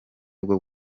bwo